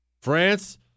France